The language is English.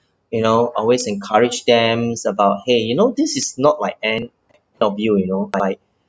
you know I always encourage them about !hey! you know this is not like any of you you know like